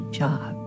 job